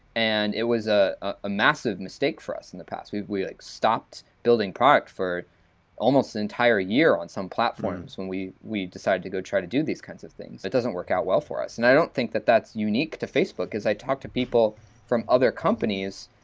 and it was a ah massive mistake for us in the past. we we stopped building product for almost an entire year on some platforms when we we decided to go try to do these kinds of things. it doesn't work out well for us. and i don't think that that's unique to facebook. as i talk to people from other companies,